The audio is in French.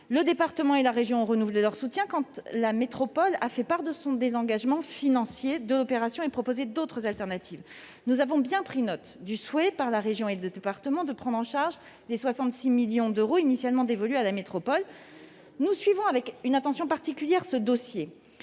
Le département et la région ont renouvelé leur soutien quand la métropole a fait part de son désengagement financier de l'opération et proposé d'autres solutions. Nous avons bien pris note du souhait de la région et du département de prendre en charge les 66 millions d'euros initialement dévolus à la métropole. Nous suivons ce dossier avec une attention particulière, mais